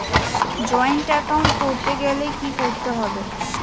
Joint account করতে গেলে কি করতে হবে?